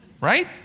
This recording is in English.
Right